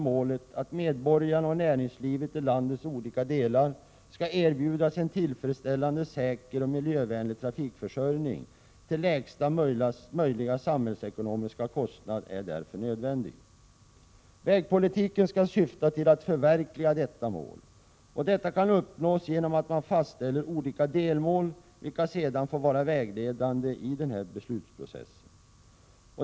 målet att medborgarna och näringslivet i landets olika delar skall erbjudas en tillfredsställande, säker och miljövänlig trafikförsörjning till lägsta möjliga samhällsekonomiska kostnad, är därför nödvändig. Vägpolitiken skall syfta till att förverkliga detta mål. Detta kan uppnås genom att man fastställer olika delmål, vilka sedan får vara vägledande i beslutsprocessen.